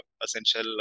essential